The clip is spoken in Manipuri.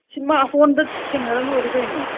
ꯁꯤꯟꯃꯥ ꯍꯣꯜꯗ ꯊꯦꯡꯅꯔ ꯂꯣꯏꯔꯦ ꯀꯩꯅꯣ